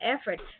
effort